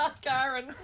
Karen